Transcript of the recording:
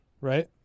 right